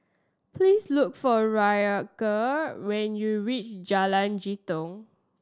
please look for Ryker when you reach Jalan Jitong